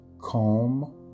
calm